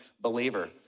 believer